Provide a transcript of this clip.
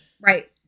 Right